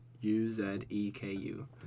U-Z-E-K-U